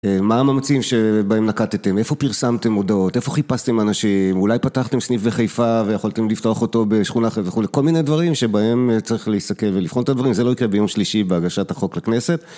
מה המאמצים שבהם נקטתם, איפה פרסמתם הודעות, איפה חיפשתם אנשים, אולי פתחתם סניף בחיפה ויכולתם לפתוח אותו בשכונה אחרת וכולי, כל מיני דברים שבהם צריך להסתכל ולבחון את הדברים, זה לא יקרה ביום שלישי בהגשת החוק לכנסת